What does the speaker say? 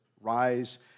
Rise